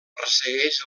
ressegueix